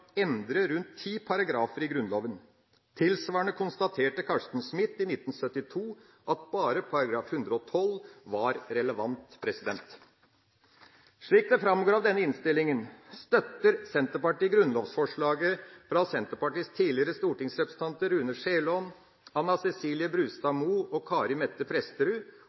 endre rundt ti paragrafer i Grunnloven. Tilsvarende konstaterte Carsten Smith i 1972 at bare § 112 var relevant. Slik det framgår av denne innstillingen, støtter Senterpartiet grunnlovsforslaget fra Senterpartiets tidligere stortingsrepresentanter Rune J. Skjælaaen, Anna Ceselie Brustad Moe og Kari Mette